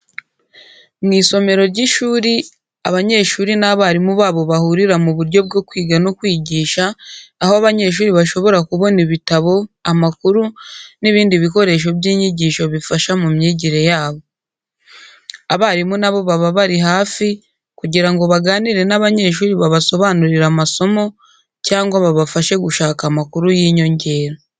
Mu isomero ry’ishuri, abanyeshuri n’abarimu babo bahurira mu buryo bwo kwiga no kwigisha, aho abanyeshuri bashobora kubona ibitabo, amakuru, n’ibindi bikoresho by’inyigisho bifasha mu myigire yabo. Abarimu nabo baba bari hafi kugira ngo baganire n’abanyeshuri, babasobanurire amasomo, cyangwa babafashe gushaka amakuru y’inyongera.